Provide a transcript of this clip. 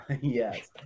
Yes